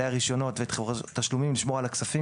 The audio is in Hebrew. הרישיונות ואת חברות התשלומים לשמור על הכספים,